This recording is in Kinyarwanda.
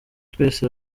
twese